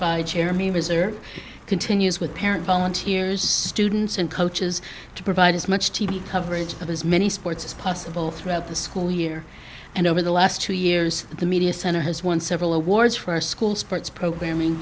by jeremy was there continues with parent volunteers students and coaches to provide as much t v coverage of as many sports as possible throughout the school year and over the last two years the media center has won several awards for school sports programming